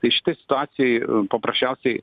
tai šitoj situacijoj paprasčiausiai